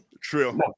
True